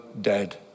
dead